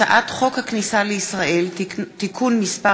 הצעת חוק הכניסה לישראל (תיקון מס'